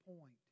point